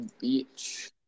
beach